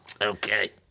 okay